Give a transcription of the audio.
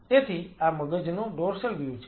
તેથી આ મગજનો ડોર્સલ વ્યૂ છે